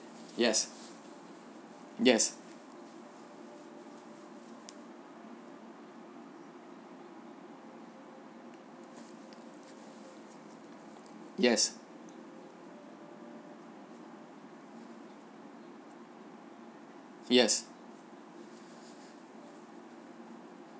yes yes yes yes